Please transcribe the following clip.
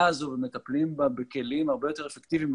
הזו ומטפלים בה בכלים הרבה יותר אפקטיביים,